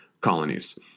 colonies